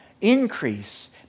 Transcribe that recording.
increase